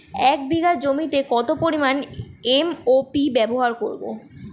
এক বিঘা জমিতে কত পরিমান এম.ও.পি ব্যবহার করব?